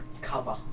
cover